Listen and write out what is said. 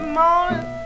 morning